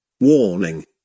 Warning